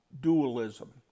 dualism